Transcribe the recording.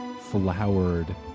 flowered